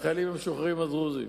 החיילים המשוחררים הדרוזים,